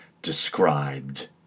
described